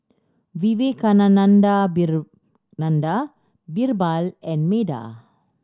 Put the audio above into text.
Vivekananda Birbal and Medha